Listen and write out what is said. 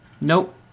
Nope